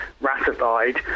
ratified